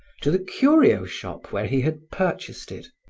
to the curio shop where he had purchased it,